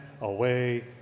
away